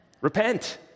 Repent